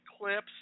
clips